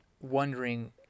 wondering